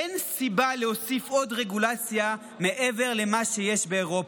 אין סיבה להוסיף עוד רגולציה מעבר למה שיש באירופה.